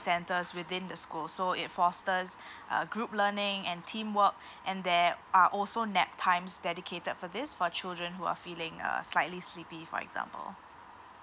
centres within the school so it fosters uh group learning and teamwork and there are also nap times dedicated for this for children who are feeling uh slightly sleepy for example